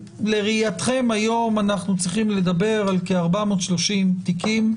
לראייתכם, היום אנחנו צריכים לדבר על כ-430 תיקים.